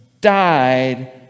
died